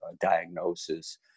diagnosis